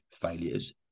failures